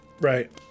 Right